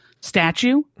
statue